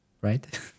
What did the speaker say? Right